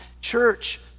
Church